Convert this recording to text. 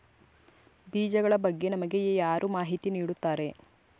ಬೀಜಗಳ ಬಗ್ಗೆ ನಮಗೆ ಯಾರು ಮಾಹಿತಿ ನೀಡುತ್ತಾರೆ?